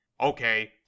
Okay